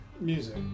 music